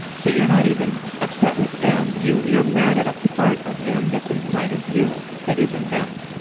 so you're not even upset with them, you're you're mad at a part of them that's inside of you that isn't them